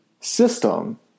system